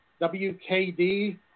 WKD